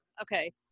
okay